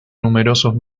numerosos